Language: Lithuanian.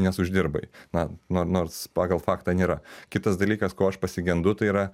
nes uždirbai na na nors pagal faktą nėra kitas dalykas ko aš pasigendu tai yra